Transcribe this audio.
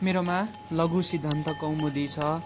मेरोमा लघु सिद्धान्त कौमुदी छ